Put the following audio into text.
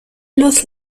los